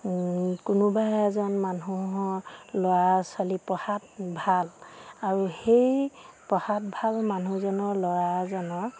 কোনোবা এজন মানুহৰ ল'ৰা ছোৱালী পঢ়াত ভাল আৰু সেই পঢ়াত ভাল মানুহজনৰ ল'ৰাজনৰ